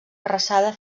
arrasada